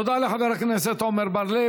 תודה לחבר הכנסת עמר בר-לב.